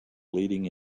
leading